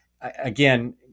again